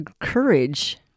courage